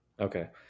okay